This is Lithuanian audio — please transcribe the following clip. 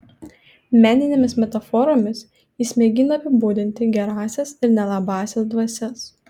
meninėmis metaforomis jis mėgina apibūdinti gerąsias ir nelabąsias dvasias